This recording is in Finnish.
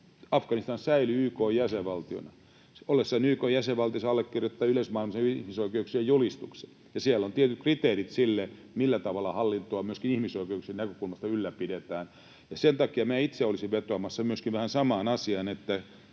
Afganistan säilyy YK:n jäsenvaltiona. Ollessaan YK:n jäsenvaltio se allekirjoittaa yleismaailmallisen ihmisoikeuksien julistuksen, ja siellä on tietyt kriteerit sille, millä tavalla hallintoa myöskin ihmisoikeuksien näkökulmasta ylläpidetään. Sen takia minä itse olisin vetoamassa myöskin vähän samaan asiaan, että